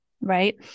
right